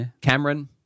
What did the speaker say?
Cameron